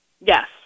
Yes